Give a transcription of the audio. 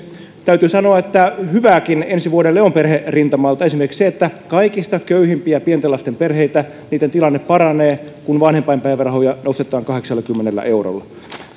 täytyy sanoa että hyvääkin ensi vuodelle on perherintamalta esimerkiksi kaikista köyhimpien pienten lasten perheitten tilanne paranee kun vanhempainpäivärahoja nostetaan kahdeksallakymmenellä eurolla mutta